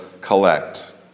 collect